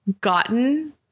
gotten